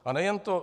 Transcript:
A nejen to.